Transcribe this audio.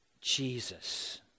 Jesus